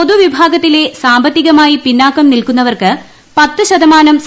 പൊതു വിഭാഗത്തിലെ സ്റ്റ്ബിത്തികമായി പിന്നാക്കം നിൽക്കുന്നവർക്ക് പത്ത് ശത്യമാന്നു